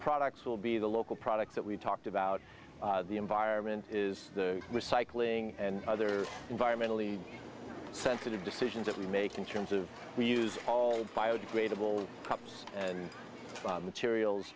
products will be the local products that we talked about the environment is the recycling and other environmentally sensitive decisions that we make in terms of we use all biodegradable cups and materials